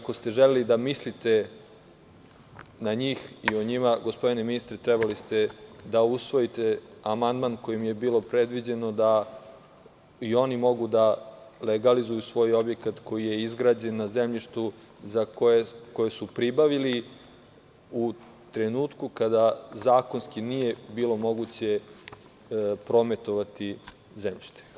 Ukoliko ste želeli da mislite na njih i o njima, gospodine ministre, trebali ste da usvojite amandman kojim je bilo predviđeno da i oni mogu da legalizuju svoj objekat koji je izgrađen na zemljištu koje su pribavili u trenutku kada zakonski nije bilo moguće prometovati zemljište.